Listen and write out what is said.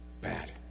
bad